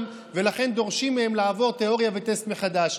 ולכן דורשים מהם לעבור תיאוריה וטסט מחדש.